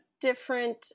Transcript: different